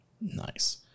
Nice